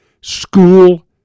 School